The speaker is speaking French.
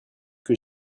que